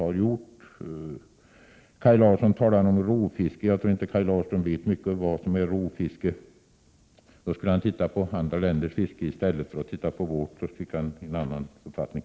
Kaj Larsson talar om rovfiske. Jag tror inte att han vet så mycket om vad 139 som är rovfiske. Då borde han se på andra länders fiske i stället för att se på vårt. Då skulle han få en annan uppfattning.